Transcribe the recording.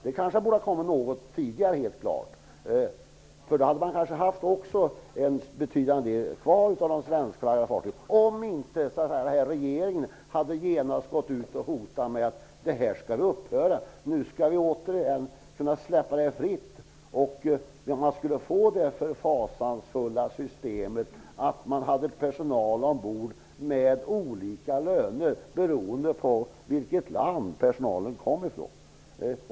Den borde helt klart ha kommit något tidigare, för då hade man kanske haft en betydande del kvar av de svenskflaggade fartygen, om inte den här regeringen genast hade gått ut och hotat med att detta skall upphöra, nu skall vi återigen kunna släppa det fritt. Man skulle kunna få det fasansfulla systemet att man hade personal ombord med olika löner beroende på från vilket land personalen kom.